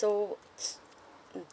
so mm